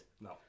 No